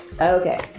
Okay